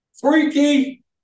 freaky